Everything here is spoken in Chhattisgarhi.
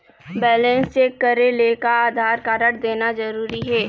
बैलेंस चेक करेले का आधार कारड देना जरूरी हे?